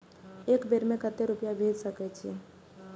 एक बार में केते रूपया भेज सके छी?